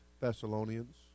Thessalonians